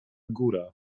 góra